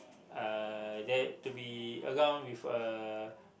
uh that to be around with a